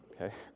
Okay